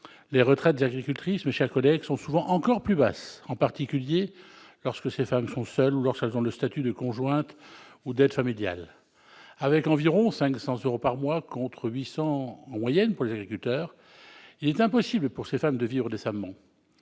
Les retraites des agricultrices, mes chers collègues, sont souvent encore plus basses, en particulier lorsque ces femmes sont seules ou lorsqu'elles ont le statut de conjointe ou d'aide familiale. Avec environ 500 euros par mois, contre 800 euros en moyenne pour les agriculteurs, il est impossible pour ces femmes de vivre décemment.